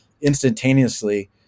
instantaneously